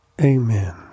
Amen